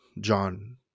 John